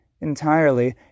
entirely